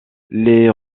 les